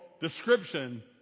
description